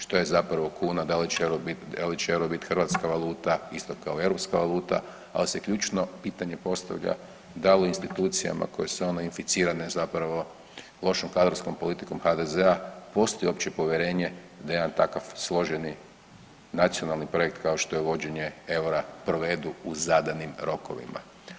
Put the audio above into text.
Što je zapravo kuna, da li će euro bit hrvatska valuta isto kao i europska valuta, ali se ključno pitanje postavlja, da li institucijama koje su one inficirane zapravo lošom kadrovskom politikom HDZ-a postoji uopće povjerenja da jedan takav složeni nacionalni projekt kao što je vođenje eura provedu u zadanim rokovima.